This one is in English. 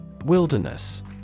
Wilderness